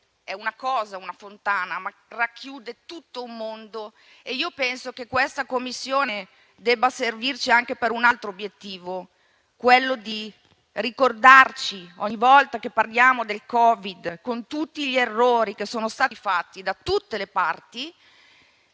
una fontana è una cosa, ma racchiude tutto un mondo e penso che questa Commissione debba servirci anche per un altro obiettivo: ricordarci, ogni volta che parliamo del Covid, con tutti gli errori che sono stati fatti da tutte le parti,